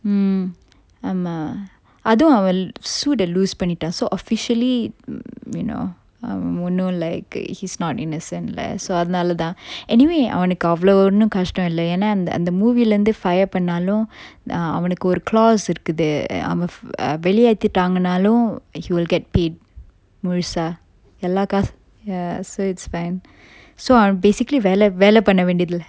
mm ஆமா அதுவும் அவன்:aama athuvum avan suit eh loose பண்ணிட்டான்:pannitan so officially you know ஒன்னு:onnu like he's not innocent lah so அதனால தான்:athanala than anyway அவனுக்கு அவ்வளவு ஒன்னும் கஸ்டம் இல்ல ஏன்னா அந்த அந்த:avanukku avvalavu onnum kastam illa eanna movie lah இருந்து:irunthu fire பண்ணாலும் அவனுக்கு ஒரு:pannalum avanukku oru claws இருக்குது அவன் வெளியேத்திடாங்கனாலும்:irukkuthu avan veliyethitanganalum he will get paid முழுசா எல்லா காசு:mulusa ella kasu ya so it's fine so I'm basically வேல பண்ண வேண்டியதில்ல:vela panna vendiyathilla